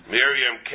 Miriam